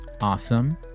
Awesome